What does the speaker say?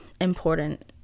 important